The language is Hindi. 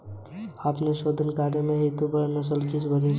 मैं अपने शोध कार्य हेतु भेड़ नस्लों की एक सूची बनाऊंगी